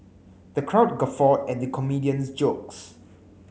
the crowd guffawed at the comedian's jokes